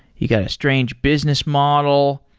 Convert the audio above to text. you got a strange business model.